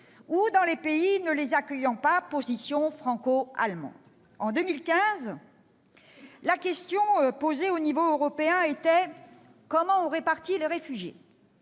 -ou dans les pays ne les accueillant pas- position franco-allemande. En 2015, la question posée à l'échelon européen était : comment répartit-on les réfugiés ?